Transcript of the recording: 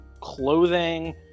clothing